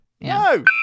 No